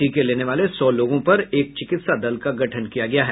टीके लेने वाले सौ लोगों पर एक चिकित्सा दल का गठन किया गया है